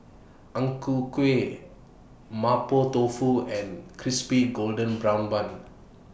Ang Ku Kueh Mapo Tofu and Crispy Golden Brown Bun